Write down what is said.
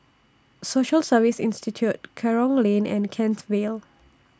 Social Service Institute Kerong Lane and Kent Vale